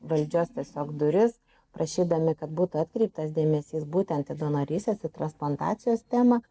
valdžios tiesiog duris prašydami kad būtų atkreiptas dėmesys būtent į donorystės transplantacijos temą